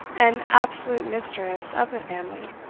and absolute mistress of the family,